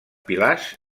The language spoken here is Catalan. pilars